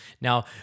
Now